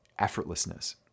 effortlessness